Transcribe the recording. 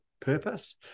purpose